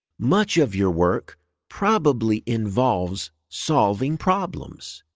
much of your work probably involves solving problems.